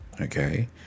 Okay